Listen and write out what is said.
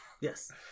Yes